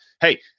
hey